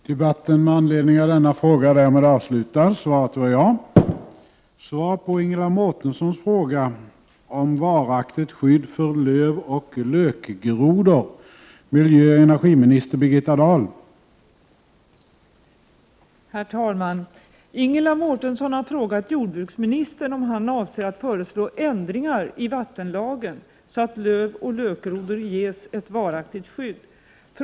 De fridlysta lövoch lökgrodorna som lever i området Oxhagen utanför Ystad skall få skydd genom att området görs till naturreservat. Naturligare vore att vattenlagen gav möjligheter till ett skydd för utrotningshotade djur. Avser ministern att föreslå ändringar i vattenlagen så att lövoch lökgrodorna ges ett varaktigt skydd?